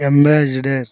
ambassador